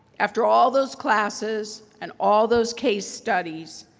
after all those classes and all those case studies,